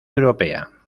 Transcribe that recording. europea